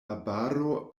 arbaro